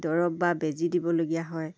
দৰৱ বা বেজী দিবলগীয়া হয়